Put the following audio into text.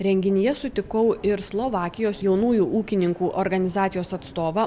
renginyje sutikau ir slovakijos jaunųjų ūkininkų organizacijos atstovą